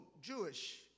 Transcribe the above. Jewish